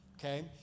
okay